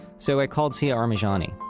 so i called siah armajani,